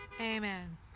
amen